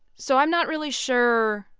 so i'm not really sure.